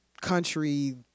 country